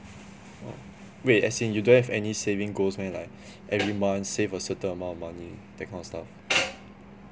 oh wait as in you don't have any saving goes meh like every month save a certain amount of money that kind of stuff